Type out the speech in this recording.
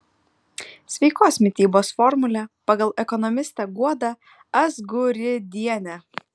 sveikos mitybos formulė pagal ekonomistę guodą azguridienę